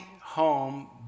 home